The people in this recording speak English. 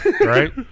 Right